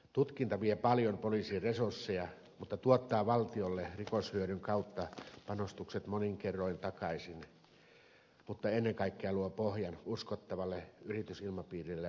tutkinta vie paljon poliisien resursseja mutta tuottaa valtiolle rikoshyödyn takaisin saannin kautta panostukset monin kerroin takaisin mutta ennen kaikkea luo pohjan uskottavalle yritysilmapiirille maassamme